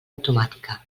automàtica